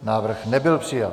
Návrh nebyl přijat.